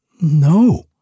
No